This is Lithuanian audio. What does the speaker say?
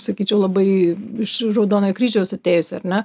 sakyčiau labai iš raudonojo kryžiaus atėjusi ar ne